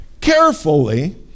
carefully